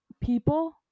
people